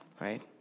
Right